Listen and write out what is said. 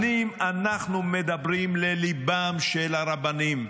שנים אנחנו מדברים על ליבם של הרבנים,